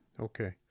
Okay